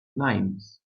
limes